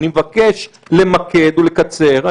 אני מבקש למקד ולקצר.